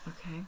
Okay